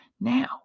now